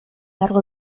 largo